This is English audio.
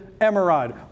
emerald